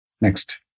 Next